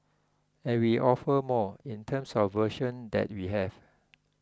and we offer more in terms of version that we have